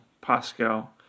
pascal